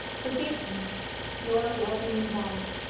forgive me your loving wife,